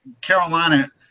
Carolina